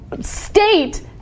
state